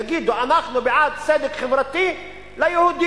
יגידו: אנחנו בעד צדק חברתי ליהודים